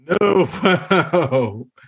no